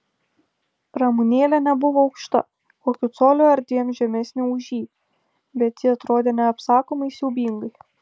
ramunėlė nebuvo aukšta kokiu coliu ar dviem žemesnė už jį bet ji atrodė neapsakomai siaubingai